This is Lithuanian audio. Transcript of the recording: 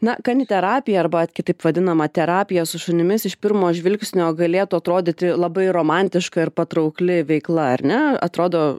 na kaniterapija arba kitaip vadinama terapija su šunimis iš pirmo žvilgsnio galėtų atrodyti labai romantiška ir patrauklia veikla ar ne atrodo